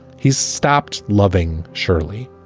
he stopped loving shirley,